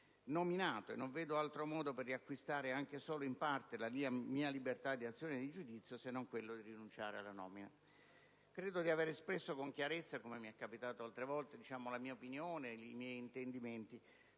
non vedo altro modo per riacquistare anche solo in parte la mia libertà di azione e di giudizio, se non quello di rinunciare alla nomina. Credo di aver espresso con chiarezza, come mi è capitato di fare altre volte, la mia opinione e i miei intendimenti.